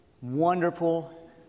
wonderful